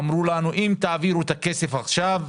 אמרו לנו שאם נעביר את הכסף עכשיו,